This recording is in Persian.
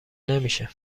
نمیشه